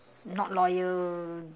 not loyal